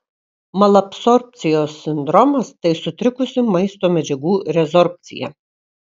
malabsorbcijos sindromas tai sutrikusi maisto medžiagų rezorbcija